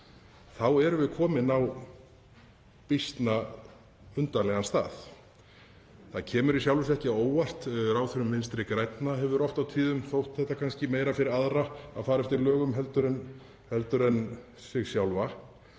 þá erum við komin á býsna undarlegan stað. Það kemur í sjálfu sér ekki á óvart. Ráðherrum Vinstri grænna hefur oft á tíðum þótt það kannski meira fyrir aðra að fara eftir lögum heldur en sig sjálfa,